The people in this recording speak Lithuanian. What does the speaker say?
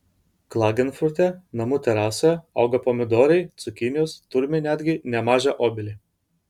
klagenfurte namų terasoje auga pomidorai cukinijos turime netgi nemažą obelį